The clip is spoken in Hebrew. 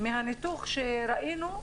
מהניתוח שראינו,